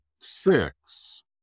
six